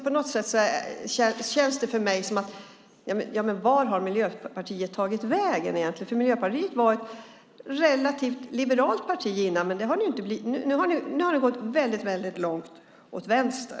På något sätt känns det för mig som att man undrar vart Miljöpartiet egentligen tagit vägen. Miljöpartiet var nämligen ett relativt liberalt parti innan, men nu har ni gått väldigt långt åt vänster.